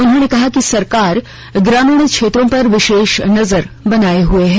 उन्होंने कहा सरकार ग्रामीण क्षेत्रों पर विशेष नजर बनाए हए हैं